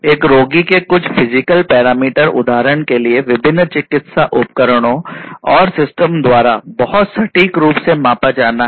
एक रोगी के कुछ फिजिकल पैरामीटर उदाहरण के लिए विभिन्न चिकित्सा उपकरणों और सिस्टम द्वारा बहुत सटीक रूप से मापा जाना है